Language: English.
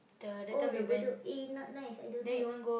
oh the Bedok eh not nice I don't like